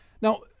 Now